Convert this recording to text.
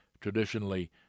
traditionally